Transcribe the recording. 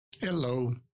Hello